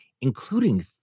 including